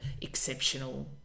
exceptional